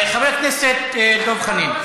חבר הכנסת דב חנין.